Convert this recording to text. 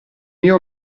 mio